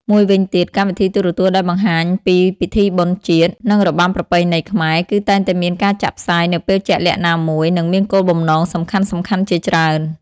មួយវិញទៀត កម្មវិធីទូរទស្សន៍ដែលបង្ហាញពីពិធីបុណ្យជាតិ និងរបាំប្រពៃណីខ្មែរ គឺតែងតែមានការចាក់ផ្សាយនៅពេលជាក់លាក់ណាមួយ និងមានគោលបំណងសំខាន់ៗជាច្រើន។